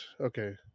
okay